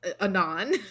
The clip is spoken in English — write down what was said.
Anon